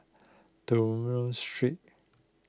Dunlop Street